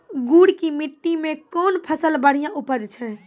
गुड़ की मिट्टी मैं कौन फसल बढ़िया उपज छ?